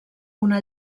una